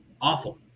awful